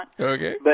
Okay